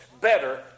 Better